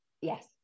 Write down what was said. yes